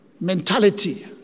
mentality